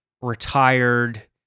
retired